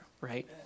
right